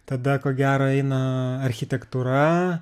tada ko gero eina architektūra